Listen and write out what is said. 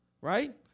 Right